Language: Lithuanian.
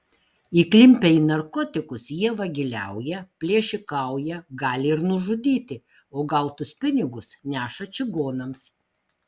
įklimpę į narkotikus jie vagiliauja plėšikauja gali ir nužudyti o gautus pinigus neša čigonams